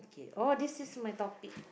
oh this is in my topic